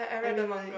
I mean like